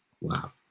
Wow